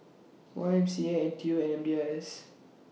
Y M C A N T U and B I S